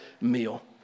meal